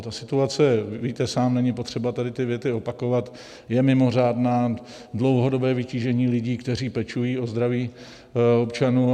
Ta situace, víte sám, není potřeba tady ty věty opakovat, je mimořádná, dlouhodobé vytížení lidí, kteří pečují o zdraví občanů.